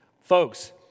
Folks